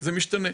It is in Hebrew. זה משתנה.